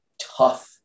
tough